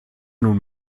nun